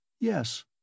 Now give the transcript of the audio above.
Yes